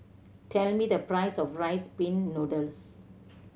tell me the price of Rice Pin Noodles